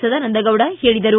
ಸದಾನಂದ ಗೌಡ ಹೇಳಿದರು